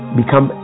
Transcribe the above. become